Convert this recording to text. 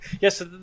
Yes